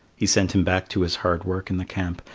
he sent him back to his hard work in the camp,